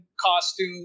costume